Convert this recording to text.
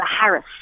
Harris